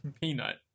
peanut